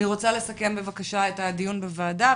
אני רוצה לסכם את הדיון בוועדה,